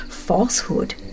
Falsehood